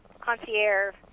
concierge